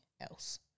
else